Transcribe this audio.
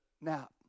nap